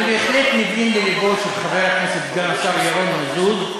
אני בהחלט מבין ללבו של חבר הכנסת סגן השר ירון מזוז,